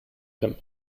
him